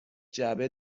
جعبه